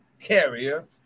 carrier